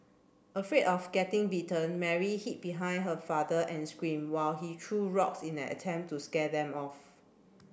afraid of getting bitten Mary hid behind her father and screamed while he threw rocks in an attempt to scare them off